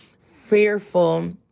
fearful